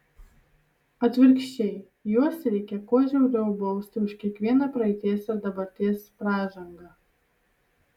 atvirkščiai juos reikia kuo žiauriau bausti už kiekvieną praeities ir dabarties pražangą